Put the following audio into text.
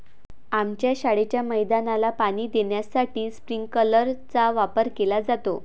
आमच्या शाळेच्या मैदानाला पाणी देण्यासाठी स्प्रिंकलर चा वापर केला जातो